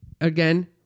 again